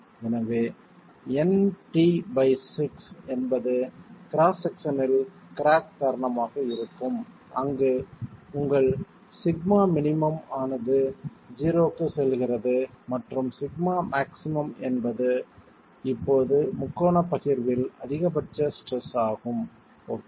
எனவே Nt6 என்பது cross செக்ஷனில் கிராக் தருணமாக இருக்கும் அங்கு உங்கள் σmin ஆனது 0 க்கு செல்கிறது மற்றும் σmax என்பது இப்போது முக்கோணப் பகிர்வில் அதிகபட்ச ஸ்ட்ரெஸ் ஆகும் ஓகே